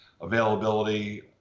availability